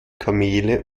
kamele